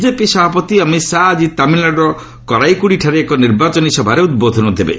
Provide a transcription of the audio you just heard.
BJP ସଭାପତି ଅମିତ୍ ଶାହା ଆଜି ତାମିଲ୍ନାଡୁର କରାଇକୁଡ଼ିଠାରେ ଏକ ନିର୍ବାଚନୀ ସଭାରେ ଉଦ୍ବୋଧନ ଦେବେ